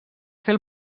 fer